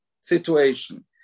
situation